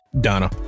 Donna